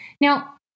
Now